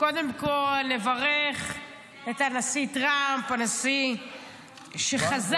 קודם כול נברך את הנשיא טרמפ, הנשיא שחזר.